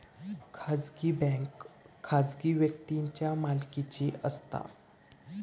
खाजगी बँक खाजगी व्यक्तींच्या मालकीची असता